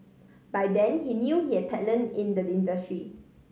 by then he knew he had talent in the industry